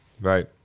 right